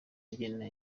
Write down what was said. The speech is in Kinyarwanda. agena